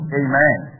amen